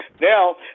Now